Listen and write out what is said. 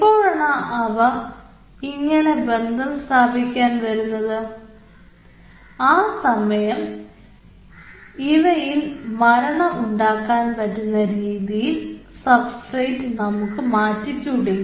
എപ്പോഴാണ് അവ ഇങ്ങനെ ബന്ധം സ്ഥാപിക്കാൻ വരുന്നത് ആ സമയം ഇവയിൽ മരണം ഉണ്ടാക്കാൻ പറ്റുന്ന രീതിയിൽ സബ്സ്ട്രേറ്റ് നമുക്ക് മാറ്റിക്കൂടെ